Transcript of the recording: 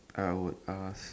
I would ask